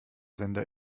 sender